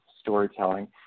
storytelling